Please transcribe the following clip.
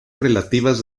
relativas